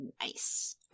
Nice